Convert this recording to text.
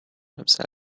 himself